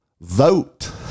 vote